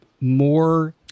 more